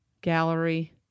gallery